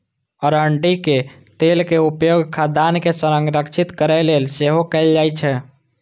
अरंडीक तेलक उपयोग खाद्यान्न के संरक्षित करै लेल सेहो कैल जाइ छै